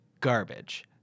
garbage